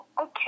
okay